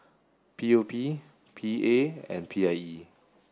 P O P P A and P I E